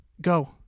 Go